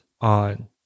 on